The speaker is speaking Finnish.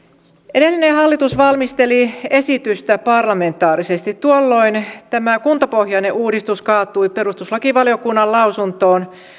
edellinen hallitus valmisteli esitystä parlamentaarisesti tuolloin tämä kuntapohjainen uudistus kaatui perustuslakivaliokunnan lausuntoon